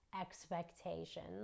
expectations